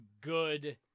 good